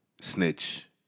snitch